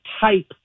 type